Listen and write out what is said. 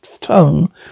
tongue